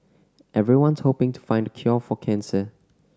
everyone's hoping to find the cure for cancer